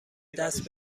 دست